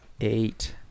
eight